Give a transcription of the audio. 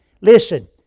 listen